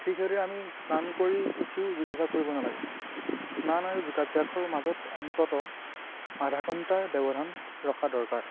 ঠিক সেইদৰে আমি স্নান কৰি উঠিও যোগাভ্যাস কৰিব নালাগে স্নান আৰু যোগাভ্যাসৰ মাজত অন্ততঃ আধা ঘণ্টাৰ ব্যৱধান ৰখা দৰকাৰ